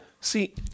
see